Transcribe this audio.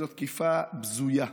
זו תקיפה בזויה,